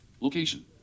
Location